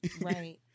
right